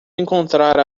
encontrar